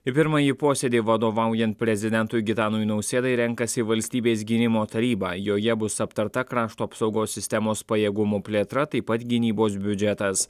į pirmąjį posėdį vadovaujant prezidentui gitanui nausėdai renkasi valstybės gynimo tarybą joje bus aptarta krašto apsaugos sistemos pajėgumų plėtra taip pat gynybos biudžetas